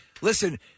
listen